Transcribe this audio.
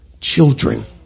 children